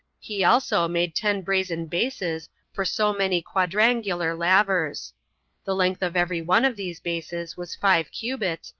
he also made ten brazen bases for so many quadrangular lavers the length of every one of these bases was five cubits,